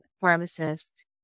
pharmacists